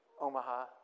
Omaha